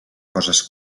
coses